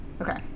Okay